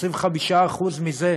25% מזה,